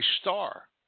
star